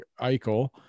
Eichel